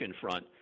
front